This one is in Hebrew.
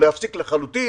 להפסיק לחלוטין